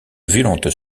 violentes